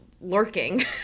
lurking